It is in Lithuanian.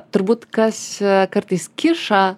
turbūt kas kartais kiša